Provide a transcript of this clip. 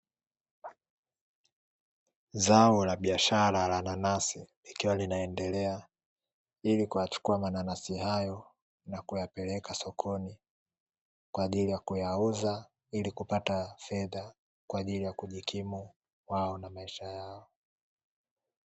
Zao la biashara aina ya nanasi likiwa linaendelea, ili kuyachukua na kuyapeleka sokoni kwa ajili ya kuyauza ili kupata fedha, waweze kujikimu wao na maisha yao.